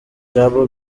jambo